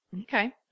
Okay